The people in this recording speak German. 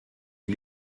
die